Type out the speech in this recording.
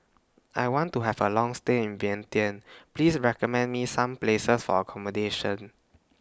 I want to Have A Long stay in Vientiane Please recommend Me Some Places For accommodation